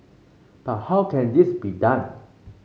but how can this be done